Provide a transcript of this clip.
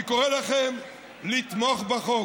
אני קורא לכם לתמוך בחוק.